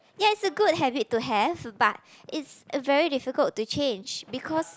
ya it's a good habit to have but it's very difficult to change because